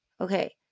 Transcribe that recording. okay